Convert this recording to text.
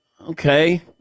Okay